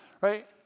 right